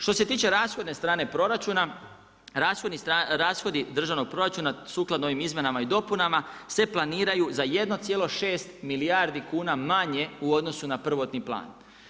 Što se tiče rashodne strane proračuna, rashodi državnog proračuna sukladno ovim izmjenama i dopunama, se planiraju za 1,6 milijardi kuna manje u odnosu na prvotni plan.